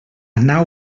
nau